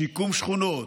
שיקום שכונות,